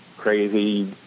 crazy